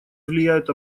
влияют